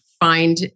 Find